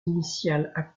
initiales